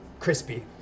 crispy